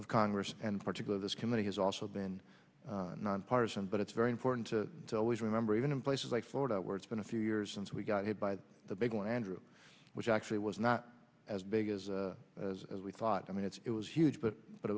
of congress and particular this committee has also been nonpartisan but it's very important to always remember even in places like florida where it's been a few years since we got hit by the big one andrew which actually was not as big as we thought i mean it's it was huge but but